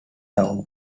town